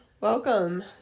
welcome